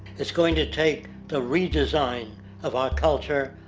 it's going to take the redesigning of our culture,